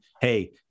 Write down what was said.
hey